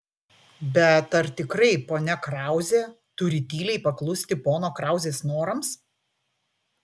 bet ar tikrai ponia krauzė turi tyliai paklusti pono krauzės norams